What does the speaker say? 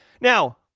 Now